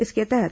इसके तहत